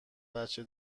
بچه